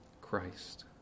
Christ